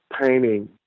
painting